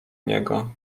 niego